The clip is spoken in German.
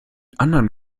anderen